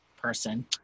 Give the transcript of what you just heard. person